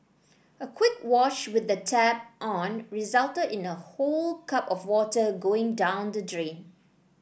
a quick wash with the tap on resulted in a whole cup of water going down the drain